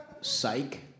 Psych